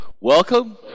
Welcome